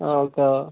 ఒక